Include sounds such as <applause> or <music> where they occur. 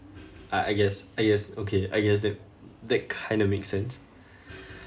I I guess I guess okay I guess tha~ that kind of makes sense <breath>